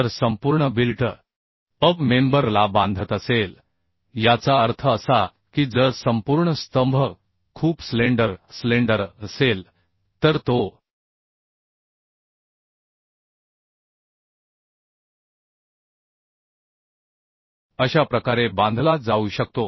तर संपूर्ण built up member ला बांधत असेल याचा अर्थ असा की जर संपूर्ण स्तंभ खूप स्लेंडर असेल तर तो अशा प्रकारे बांधला जाऊ शकतो